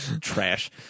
trash